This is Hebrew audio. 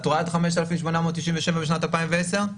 את רואה 5,897 ב-2010?